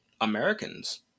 Americans